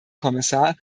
kommissar